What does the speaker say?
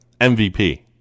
MVP